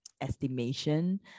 estimation